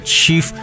Chief